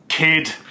Kid